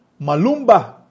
Malumba